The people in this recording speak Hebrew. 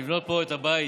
לבנות פה את הבית,